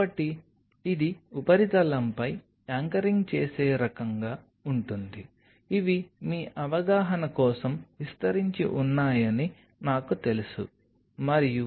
కాబట్టి ఇది ఉపరితలంపై యాంకరింగ్ చేసే రకంగా ఉంటుంది ఇవి మీ అవగాహన కోసం విస్తరించి ఉన్నాయని నాకు తెలుసు మరియు